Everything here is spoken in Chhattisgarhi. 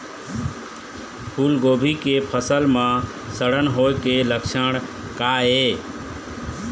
फूलगोभी के फसल म सड़न होय के लक्षण का ये?